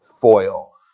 foil